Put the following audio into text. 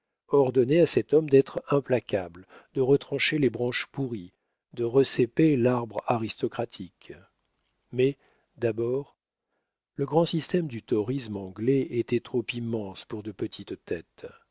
ordonner à cet homme d'être implacable de retrancher les branches pourries de recéper l'arbre aristocratique mais d'abord le grand système du torysme anglais était trop immense pour de petites têtes